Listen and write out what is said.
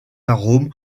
arômes